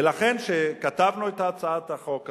ולכן, כשכתבנו את הצעת החוק הזאת,